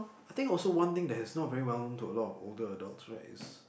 I think also one thing that is not very well known to a lot of older adults right it's